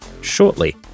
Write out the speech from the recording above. shortly